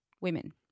women